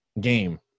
game